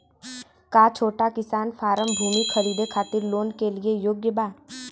का छोटा किसान फारम भूमि खरीदे खातिर लोन के लिए योग्य बा?